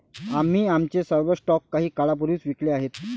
आम्ही आमचे सर्व स्टॉक काही काळापूर्वीच विकले आहेत